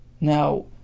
now